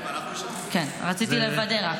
רציתי לוודא.